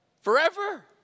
Forever